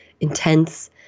intense